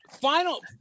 final